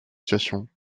situation